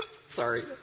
Sorry